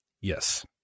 Yes